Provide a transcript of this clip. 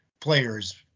players